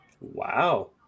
Wow